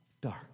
dark